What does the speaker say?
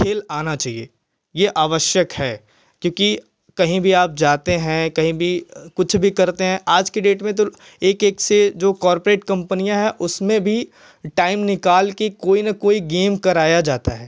खेल आना चाहिए यह आवश्यक है क्योंकि कहीं भी आप जाते हैं कहीं भी कुछ भी करते हैं आज की डेट में तो एक एक से जो कॉर्पोरेट कंपनियाँ हैं उसमें भी टाइम निकालकर कोई न कोई गेम कराया जाता है